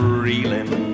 reeling